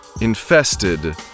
infested